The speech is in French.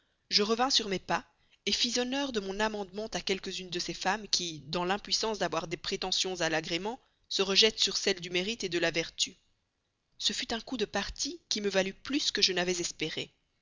je revins sur mes pas fis honneur de mon amendement à quelques-unes de ces femmes qui dans l'impuissance d'avoir des prétentions à l'agrément se rejettent sur celles du mérite de la vertu ce fut un coup de partie qui me valut plus que je n'avais espéré